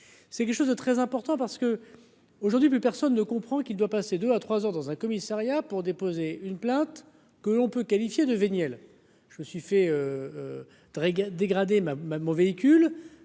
c'est quelque chose de très important parce que, aujourd'hui, plus personne ne comprend qu'il doit passer 2 à 3 ans dans un commissariat pour déposer une plainte que l'on peut qualifier de véniel, je me suis fait très dégradée ma ma mon véhicule.